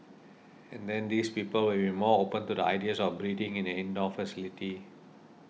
and then these people will be more open to the ideas of breeding in an indoor facility